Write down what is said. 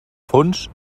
fons